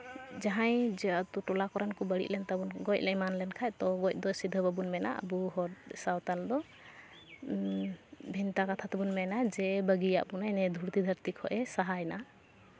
ᱡᱟᱦᱟᱸᱭ ᱡᱮ ᱟᱹᱛᱩ ᱴᱚᱟ ᱠᱚᱨᱮᱱ ᱠᱚ ᱵᱟᱹᱲᱤᱡ ᱞᱮᱱᱠᱷᱟᱱ ᱜᱚᱡ ᱮᱢᱟᱱ ᱞᱮᱱᱠᱷᱟᱱ ᱛᱳ ᱜᱚᱡ ᱫᱚ ᱥᱤᱫᱷᱟᱹ ᱵᱟᱵᱚᱱ ᱢᱮᱱᱟ ᱟᱹᱵᱩ ᱦᱚᱲ ᱥᱟᱶᱛᱟᱞ ᱫᱚ ᱵᱷᱮᱱᱛᱟ ᱠᱟᱛᱷᱟ ᱛᱮᱵᱚᱱ ᱢᱮᱱᱟ ᱡᱮ ᱵᱟᱹᱜᱤᱭᱟᱜ ᱵᱚᱱᱟᱭ ᱱᱤᱭᱟᱹ ᱫᱷᱩᱲᱤ ᱫᱷᱟᱹᱨᱛᱤ ᱠᱷᱚᱱᱮ ᱥᱟᱦᱟᱭᱮᱱᱟ